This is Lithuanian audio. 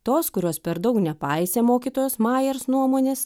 tos kurios per daug nepaisė mokytojos majers nuomonės